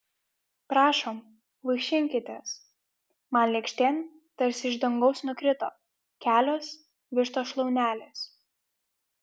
prašom vaišinkitės man lėkštėn tarsi iš dangaus nukrito kelios vištos šlaunelės